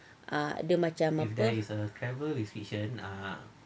ah dia macam apa